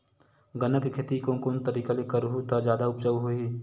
गन्ना के खेती कोन कोन तरीका ले करहु त जादा उपजाऊ होही?